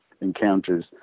encounters